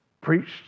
preached